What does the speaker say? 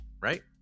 right